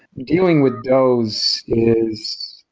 dealing with those is,